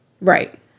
Right